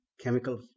chemical